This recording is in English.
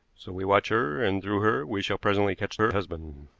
so we watch her, and through her we shall presently catch her husband.